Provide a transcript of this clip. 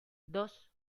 dos